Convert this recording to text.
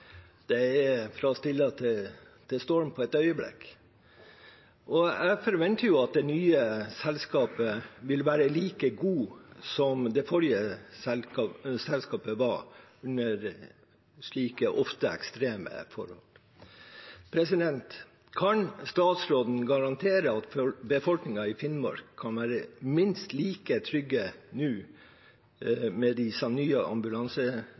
det går fra stille til storm på et øyeblikk. Jeg forventer at det nye selskapet vil være like godt som det forrige selskapet var under slike ofte ekstreme forhold. Kan statsråden garantere at befolkningen i Finnmark kan være minst like trygg nå,